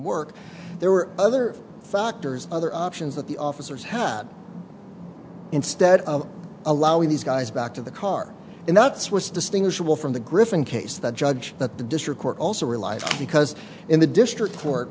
work there were other factors other options that the officers had instead of allowing these guys back to the car and that's was distinguishable from the griffin case the judge that the district court also realized because in the district